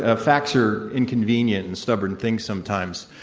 ah facts are inconvenient and stubborn things sometimes,